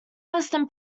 western